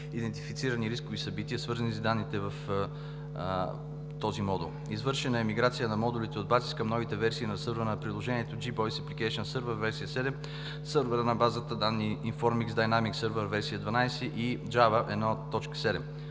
идентифицирани рискови събития, свързани с данните в този модул; извършена е миграция на модулите на БАЦИС към новите версии на сървъра на приложението JBoss Application Server, версия 7, сървъра на базата данни и Informix Dynamic Server, версия 12 и Java 1.7.